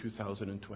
2020